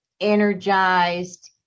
energized